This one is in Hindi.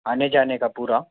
आने जाने का पूरा